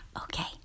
Okay